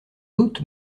doute